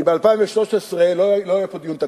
כי ל-2013 לא יהיה פה דיון תקציבי,